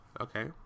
okay